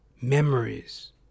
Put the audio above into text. memories